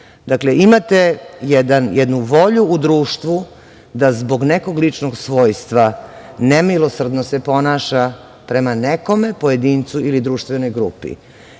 dečake. Imate jednu volju u društvu da zbog nekog ličnog svojstva nemilosrdno se ponaša prema nekome, pojedincu ili društvenoj grupi.